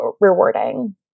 rewarding